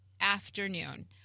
afternoon